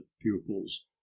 pupils